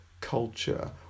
culture